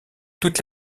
toute